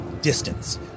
Distance